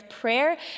prayer